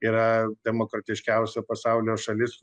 yra demokratiškiausia pasaulio šalis